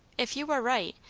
if you are right,